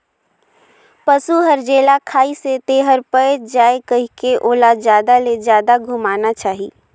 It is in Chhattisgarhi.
पसु हर जेला खाइसे तेहर पयच जाये कहिके ओला जादा ले जादा घुमाना चाही